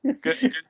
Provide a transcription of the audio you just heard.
good